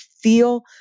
feel